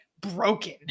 broken